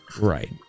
Right